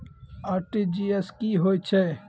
RTGS की होय छै?